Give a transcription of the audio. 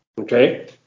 okay